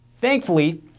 Thankfully